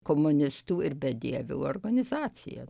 komunistų ir bedievių organizacija